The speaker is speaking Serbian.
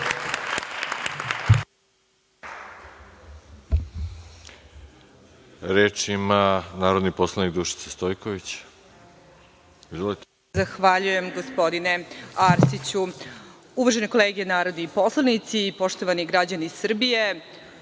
Reč ima narodni poslanik Dušica Stojković.